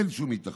אין שום היתכנות.